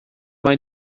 mae